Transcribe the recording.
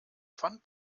pfand